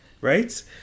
right